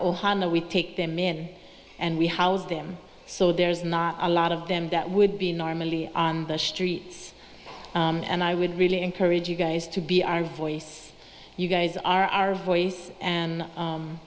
ohana we take them in and we housed them so there's not a lot of them that would be normally on the streets and i would really encourage you guys to be our voice you guys are our voice and